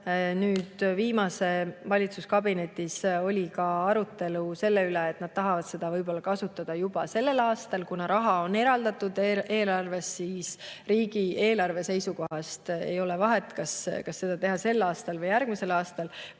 anda. Viimases valitsuskabinetis oli ka arutelu selle üle, et nad tahavad seda võib‑olla kasutada juba sellel aastal. Kuna raha on eelarvest eraldatud, siis riigieelarve seisukohast ei ole vahet, kas seda teha sel aastal või järgmisel aastal,